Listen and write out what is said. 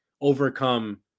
Overcome